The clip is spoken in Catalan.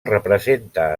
representa